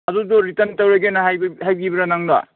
ꯑꯗꯨꯗꯣ ꯔꯤꯇꯟ ꯇꯧꯔꯒꯦꯅ ꯍꯥꯏꯕꯤꯕ꯭ꯔ ꯅꯪꯗꯣ